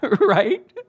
Right